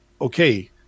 okay